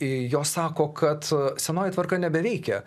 jos sako kad senoji tvarka nebeveikia